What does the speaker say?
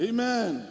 Amen